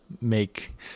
make